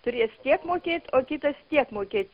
turės tiek mokėt o kitas tiek mokėt